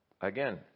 Again